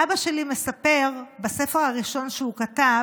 ואבא שלי מספר, בספר הראשון שהוא כתב,